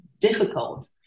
difficult